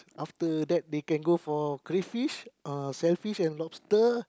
after that they can go for crayfish uh shellfish and lobster